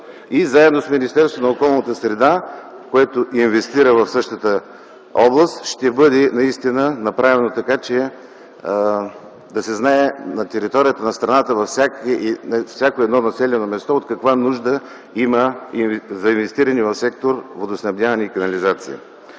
и заедно с Министерството на околната среда и водите, което инвестира в същата област, ще бъде направено така, че да се знае на територията на страната във всяко населено място каква нужда има от инвестиране в сектор „Водоснабдяване и канализация”.